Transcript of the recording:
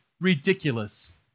ridiculous